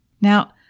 Now